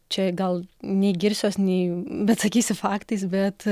čia gal nei girsiuosi nei bet sakysiu faktais bet